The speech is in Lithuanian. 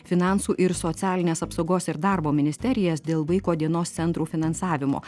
finansų ir socialinės apsaugos ir darbo ministerijas dėl vaiko dienos centrų finansavimo